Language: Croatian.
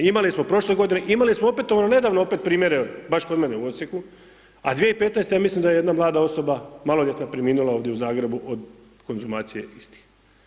Imali smo prošle godine, imali smo opet ono nedavno opet primjere baš kod mene u Osijeku, a 2015. ja mislim da je jedna mlada osoba maloljetna preminula ovdje u Zagrebu od konzumacije istih.